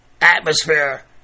atmosphere